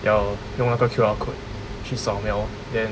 ya lor 用那个 Q_R code 去扫描 then